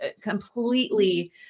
completely